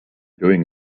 doing